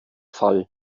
fall